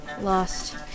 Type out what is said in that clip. Lost